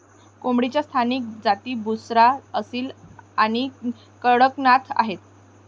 कोंबडीच्या स्थानिक जाती बुसरा, असील आणि कडकनाथ आहेत